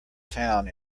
town